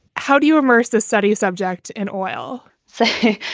how do you immerse the study's subject in oil? so